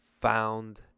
found